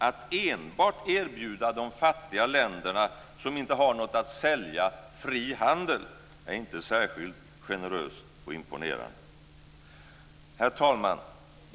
Att enbart erbjuda de fattiga länderna, som inte har något att sälja, fri handel är inte särskilt generöst eller imponerande. Herr talman!